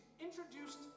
introduced